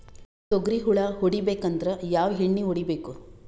ತೊಗ್ರಿ ಹುಳ ಹೊಡಿಬೇಕಂದ್ರ ಯಾವ್ ಎಣ್ಣಿ ಹೊಡಿಬೇಕು?